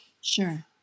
Sure